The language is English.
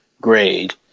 grade